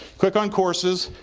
click on courses,